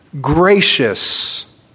gracious